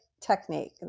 technique